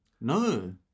No